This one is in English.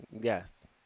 Yes